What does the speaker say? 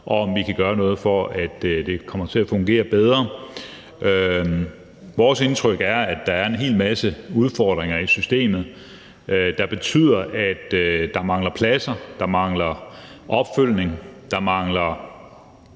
og om vi kan gøre noget, for at det kommer til at fungere bedre. Vores indtryk er, at der er en hel masse udfordringer i systemet, der betyder, at der mangler pladser, at der mangler opfølgning, at der mangler